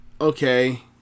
okay